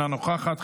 אינה נוכחת.